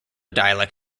dialect